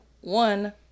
one